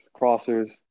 crossers